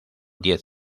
diez